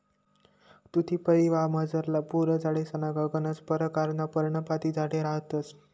तुती परिवारमझारला फुल झाडेसमा गनच परकारना पर्णपाती झाडे रहातंस